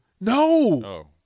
No